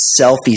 selfies